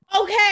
Okay